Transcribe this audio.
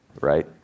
right